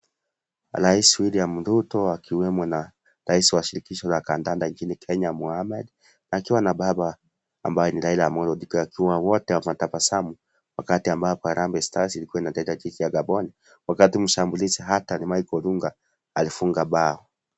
Rais William Ruto akiwemo na rais wa shirikisho la kandanda nchini Kenya Mohamed akiwa na baba ambaye ni Raila Amollo Odinga wakiwa wote wanatabasamu wakati ambapo Harambee Stars ilikua inacheza dhidi ya Gabon wakati mshambulizi hatari Mike Olunga alifunga bao.